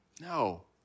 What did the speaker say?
No